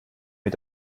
mit